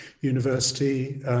University